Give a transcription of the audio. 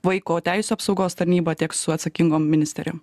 vaiko teisių apsaugos tarnyba tiek su atsakingom ministerijom